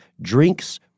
drinks